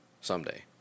Someday